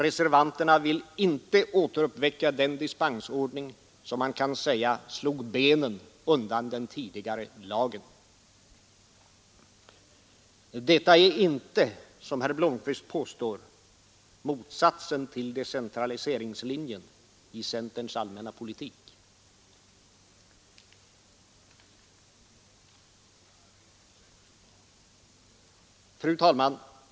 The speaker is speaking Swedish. Reservanterna vill inte återuppväcka den dispensordning som man kan säga slog undan benen på den tidigare lagen. Detta är inte, som herr Blomkvist påstår, motsatsen till decentraliseringslinjen i centerns allmänna politik. Fru talman!